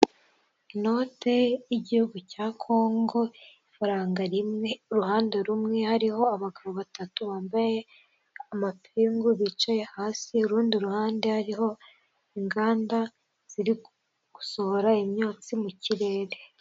Inote y'igihugu cya Congo ifaranga rimwe, uruhande rumwe hariho abagabo batatu bambaye amapingu bicaye hasi, urundi ruhande hariho inganda ziri gusohora imyotsi mu kirere.